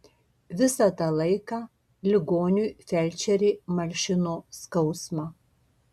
visą tą laiką ligoniui felčerė malšino skausmą